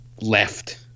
left